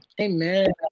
Amen